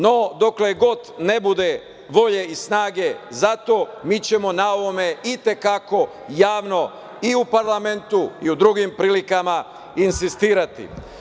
No, dokle god ne bude volje i snage za to mi ćemo na ovome i te kako javno i u parlamentu i u drugim prilikama insistirati.